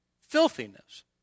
filthiness